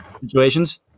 Situations